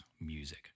music